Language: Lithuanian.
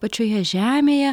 pačioje žemėje